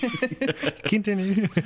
continue